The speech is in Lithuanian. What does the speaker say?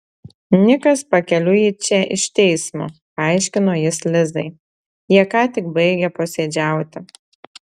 nikas pakeliui į čia iš teismo paaiškino jis lizai jie ką tik baigė posėdžiauti